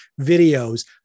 videos